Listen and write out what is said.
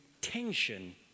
tension